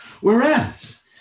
Whereas